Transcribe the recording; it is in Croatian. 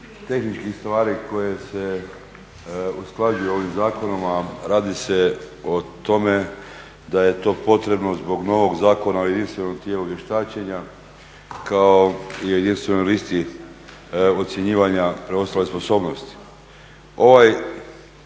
tehničkih stvari koje se usklađuju ovim zakonom, a radi se o tome da je to potrebno zbog novog Zakona o jedinstvenom tijelu vještačenja kao jedinstvenoj listi ocjenjivanja … sposobnosti.